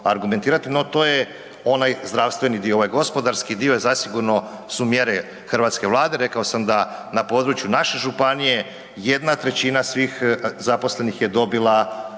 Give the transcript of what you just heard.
no to je onaj zdravstveni dio. Ovaj gospodarski dio je zasigurno su mjere hrvatske Vlade, rekao sam da na području naše županije, 1/3 svih zaposlenih je dobila